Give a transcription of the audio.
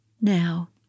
Now